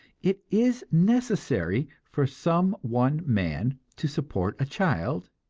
it is necessary for some one man to support a child,